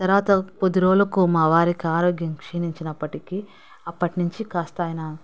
తర్వాత కొద్దిరోజులుకి మా వారికి ఆరోగ్యం క్షీణించినప్పటికీ అప్పటి నుంచి కాస్త ఆయన